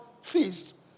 feast